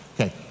Okay